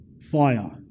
fire